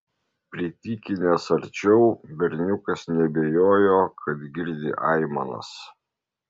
pritykinęs arčiau berniukas neabejojo kad girdi aimanas